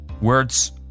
words